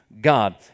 God